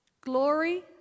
glory